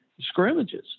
scrimmages